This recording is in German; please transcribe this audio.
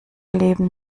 leben